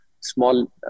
small